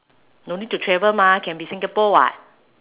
don't need to travel mah can be singapore [what]